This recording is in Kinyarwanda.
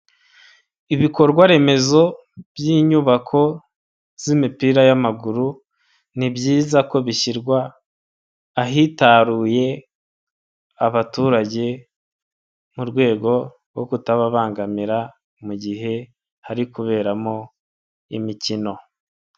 Ibikorwa remezo by'inyubako z'imipira y'amaguru ni byiza ko bishyirwa ahitaruye abaturage mu rwego rwo kutababangamira mu gihe hari kuberamo imikino.